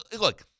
Look